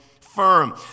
firm